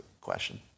question